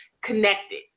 connected